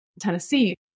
Tennessee